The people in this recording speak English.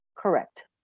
Correct